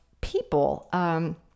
people